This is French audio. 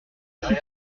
six